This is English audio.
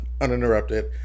uninterrupted